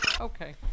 Okay